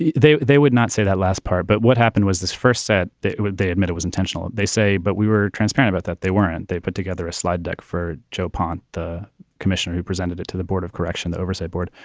they they would not say that last part but what happened was this first set, would they admit it was intentional? they say, but we were transparent about that. they weren't. they put together a slide deck for joe ponte, the commissioner who presented it to the board of correction, the oversight board,